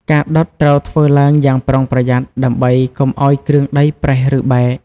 ការដុតត្រូវធ្វើឡើងយ៉ាងប្រុងប្រយ័ត្នដើម្បីកុំឲ្យគ្រឿងដីប្រេះឬបែក។